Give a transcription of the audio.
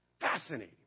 Fascinating